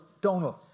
Donald